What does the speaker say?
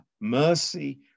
mercy